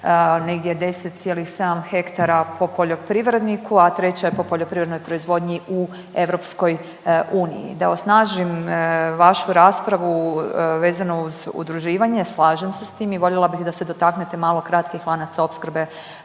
negdje 10,7 hektara po poljoprivredniku, a treća je po poljoprivrednoj proizvodnji u EU. Da osnažim vašu raspravu vezano uz udruživanje, slažem se s tim i voljela bih da se dotaknete malo kratkih lanaca opskrbe